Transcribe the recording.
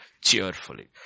cheerfully